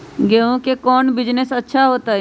गेंहू के कौन बिजनेस अच्छा होतई?